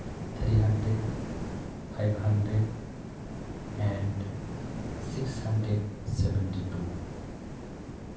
three hundred five hundred and six hundred seventy two